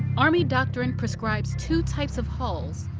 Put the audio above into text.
army doctrine prescribes two types of hauls,